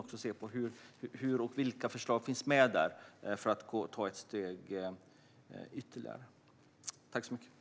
Då kan vi se på vilka förslag som finns med där för att ta ytterligare ett steg.